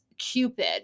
cupid